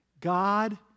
God